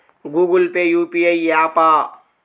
Google Pay UPI య్యాపా?